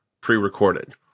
pre-recorded